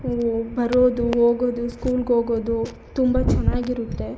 ಓ ಬರೋದು ಹೋಗೋದು ಸ್ಕೂಲ್ಗೆ ಹೋಗೋದು ತುಂಬ ಚೆನ್ನಾಗಿರುತ್ತೆ